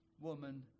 woman